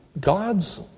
God's